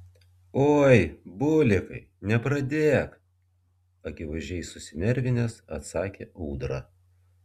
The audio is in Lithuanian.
oi bulikai nepradėk akivaizdžiai susinervinęs atsakė ūdra